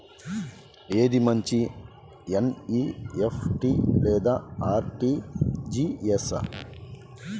ఏది మంచి ఎన్.ఈ.ఎఫ్.టీ లేదా అర్.టీ.జీ.ఎస్?